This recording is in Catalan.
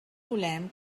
volem